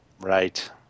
Right